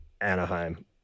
Anaheim